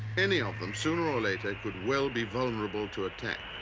any of them sooner or later could well be vulnerable to attack.